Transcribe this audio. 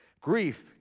grief